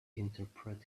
interpret